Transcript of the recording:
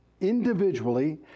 individually